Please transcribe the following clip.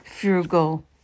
frugal